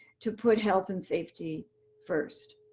to put health and safety first.